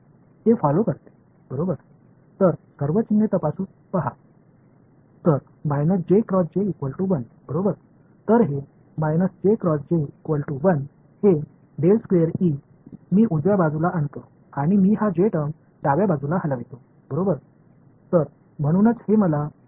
எனவே எல்லா குறிகளையும் சரிபார்க்கவும் எனவேசரிதானே இந்த இந்த ஐ வலது புறத்தில் கொண்டு வருகிறேன் இந்த J வெளிப்பாட்டை இடது புறத்தில் நகர்த்துகிறேன்